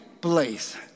place